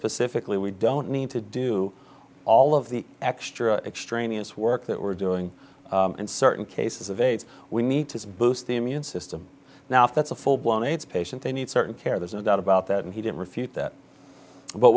specifically we don't need to do all of the extra extraneous work that we're doing in certain cases of aids we need to boost the immune system now if that's a full blown aids patient they need certain care there's no doubt about that and he didn't refute that but